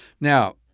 Now